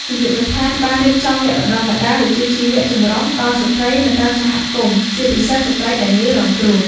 នាយកដ្ឋានបាន រៀបចំវគ្គបណ្តុះបណ្តាលវិជ្ជាជីវៈចម្រុះដល់ស្ត្រីនៅតាមសហគមន៍ ជាពិសេសស្ត្រីដែលងាយរងគ្រោះ។